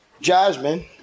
Jasmine